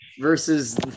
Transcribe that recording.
Versus